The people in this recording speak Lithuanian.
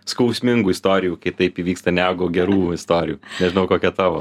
skausmingų istorijų kai taip įvyksta negu gerų istorijų nežinau kokia tavo